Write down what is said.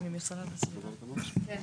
כן,